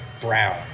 brown